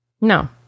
No